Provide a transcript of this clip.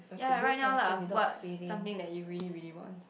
ya right now lah what's something that you really really want